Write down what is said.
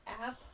app